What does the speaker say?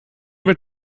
mit